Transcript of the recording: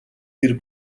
бэр